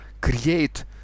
create